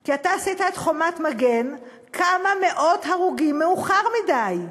כי אתה עשית את "חומת מגן" כמה מאות הרוגים מאוחר מדי.